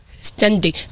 standing